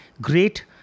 great